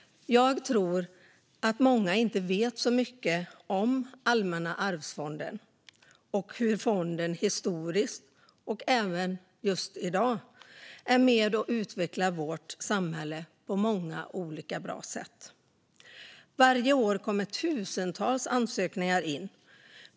Jag tror att många inte vet så mycket om Allmänna arvsfonden och hur fonden historiskt, och än i dag, är med och utvecklar vårt samhälle på många olika och bra sätt. Varje år kommer tusentals ansökningar in.